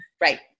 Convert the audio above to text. Right